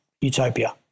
utopia